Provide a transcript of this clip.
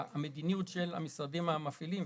המדיניות של המשרדים המפעילים,